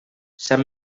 sap